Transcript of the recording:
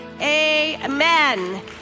amen